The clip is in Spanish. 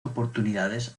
oportunidades